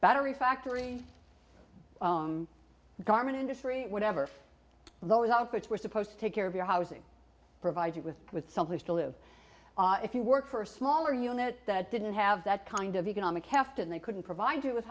battery factory the garment industry whatever those outfits were supposed to take care of your housing provide you with with some place to live if you work for a smaller unit that didn't have that kind of economic heft and they couldn't provide you with